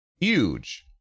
huge